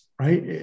right